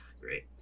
great